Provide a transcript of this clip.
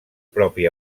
propi